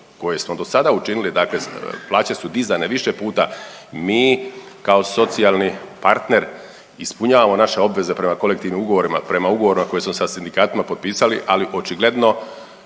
koje smo dosada učinili, dakle plaće su dizane više puta. Mi kao socijalni partner ispunjavamo naše obveze prema kolektivnim ugovorima, prema ugovorima koje smo sa sindikatima potpisali, ali očigledno